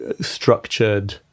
structured